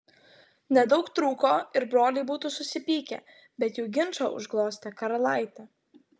nedaug trūko ir broliai būtų susipykę bet jų ginčą užglostė karalaitė